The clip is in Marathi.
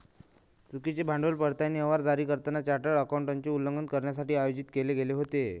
चुकीचे भांडवल पडताळणी अहवाल जारी करताना चार्टर्ड अकाउंटंटचे उल्लंघन करण्यासाठी आयोजित केले गेले होते